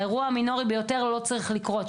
האירוע המינורי ביותר לא צריך לקרות.